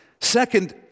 Second